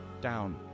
Down